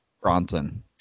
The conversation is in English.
Bronson